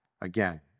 Again